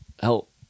help